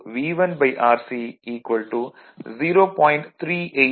எனவே Ic V1Rc 0